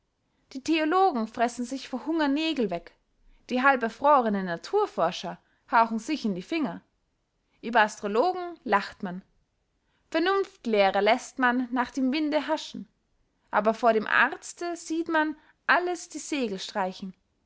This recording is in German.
die theologen fressen sich vor hunger nägel weg die halberfrohernen naturforscher hauchen sich in die finger über astrologen lacht man vernunftlehrer läßt man nach dem winde haschen aber vor dem arzte sieht man alles die segel streichen